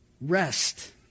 Rest